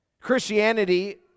Christianity